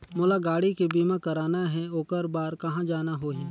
मोला गाड़ी के बीमा कराना हे ओकर बार कहा जाना होही?